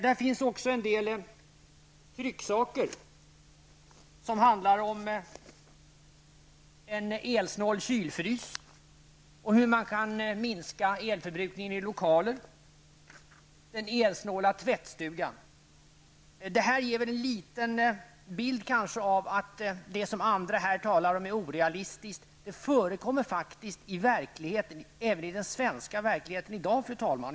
Där finns också en del trycksaker som handlar om en elsnål kombinerad kyl och frys, om hur man kan minska elförbrukningen i lokaler, och om den elsnåla tvättstugan. Detta ger kanske en liten bild av att det som andra här säger är orealistiskt faktiskt förekommer i verkligheten i dag, även i den svenska verkligheten, fru talman.